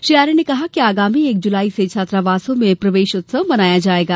श्री आर्य ने कहा कि आगामी एक जुलाई से छात्रावासों मे प्रवेश उत्सव मनाया जायेगा